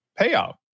payout